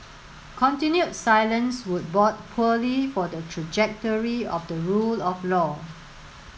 continued silence would bode poorly for the trajectory of the rule of law